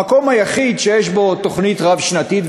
המקום היחיד שיש בו תוכנית רב-שנתית,